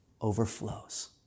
overflows